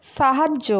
সাহায্য